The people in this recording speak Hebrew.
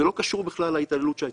זה לא קשור בכלל להתעללות שהייתה,